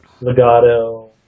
Legato